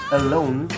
alone